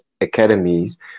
academies